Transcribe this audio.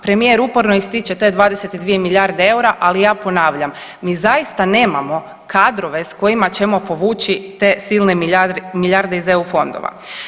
Premijer uporno ističe te 22 milijarde eura, ali ja ponavljam mi zaista nemamo kadrove sa kojima ćemo povući te silne milijarde iz EU fondova.